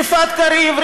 יפעת קריב,